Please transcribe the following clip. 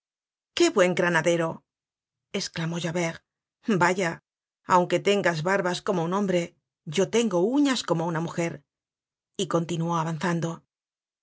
qué buen granadero esclamó javert vaya aunque tengas barbas como un hombre yo tengo uñas como una mujer y continuó avanzando